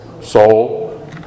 soul